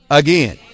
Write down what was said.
again